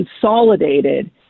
consolidated